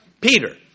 Peter